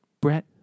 Brett